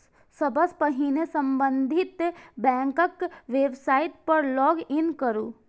सबसं पहिने संबंधित बैंकक वेबसाइट पर लॉग इन करू